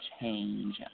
change